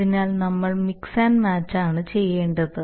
അതിനാൽ നമ്മൾ mix and match ആണ് ചെയ്യേണ്ടത്